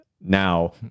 Now